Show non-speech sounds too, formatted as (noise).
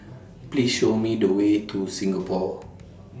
Please Show Me The Way to Singapore (noise)